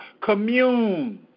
Commune